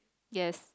yes